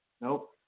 Nope